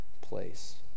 place